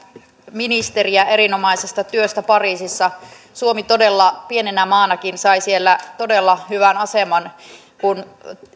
ministeriä erinomaisesta työstä pariisissa suomi todella pienenä maanakin sai siellä todella hyvän aseman kun